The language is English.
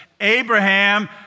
Abraham